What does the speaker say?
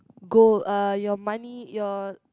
goal uh your money your